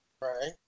Right